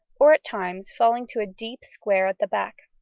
or at times falling to a deep square at the back.